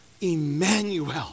Emmanuel